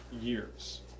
years